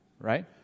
right